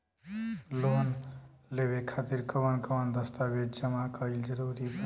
Loan लेवे खातिर कवन कवन दस्तावेज जमा कइल जरूरी बा?